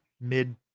mid